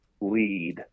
lead